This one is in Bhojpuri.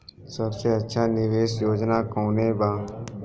सबसे अच्छा निवेस योजना कोवन बा?